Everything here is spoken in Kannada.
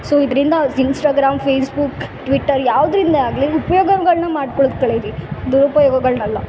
ಸೊ ಇದ್ರಿಂದ ಇನ್ಸ್ಟಾಗ್ರಾಮ್ ಫೇಸ್ಬುಕ್ ಟ್ವಿಟರ್ ಯಾವುದ್ರಿಂದೇ ಆಗಲಿ ಉಪಯೋಗಗಳ್ನ ಮಾಡ್ಕೊಳೋದು ಕಲೀರಿ ದುರುಪಯೋಗಗಳ್ನಲ್ಲ